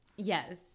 Yes